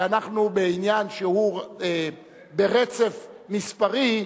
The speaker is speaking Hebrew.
ואנחנו, בעניין שהוא ברצף מספרי,